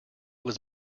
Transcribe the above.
was